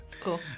cool